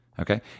okay